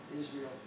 Israel